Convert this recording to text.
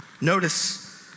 Notice